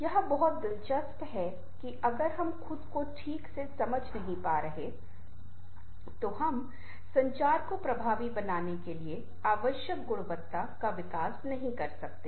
यह बहुत दिलचस्प है कि अगर हम खुद को ठीक से समझ नहीं पा रहे हैं तो हम संचार को प्रभावी बनाने के लिए आवश्यक गुणवत्ता का विकास नहीं कर सकते